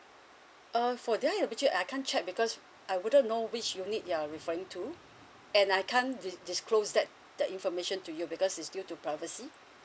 err for their eligibility I can't check because I wouldn't know which unit you're referring to and I can't dis~ disclose that the information to you because it's due to privacy